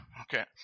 Okay